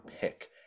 pick